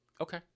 Okay